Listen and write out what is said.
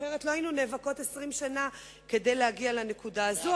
אחרת לא היינו נאבקות 20 שנה כדי להגיע לנקודה הזו,